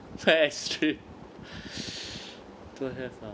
veyr extreme don't have ah